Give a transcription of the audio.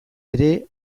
ere